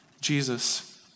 Jesus